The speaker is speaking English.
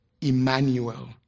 Emmanuel